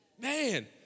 Man